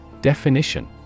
Definition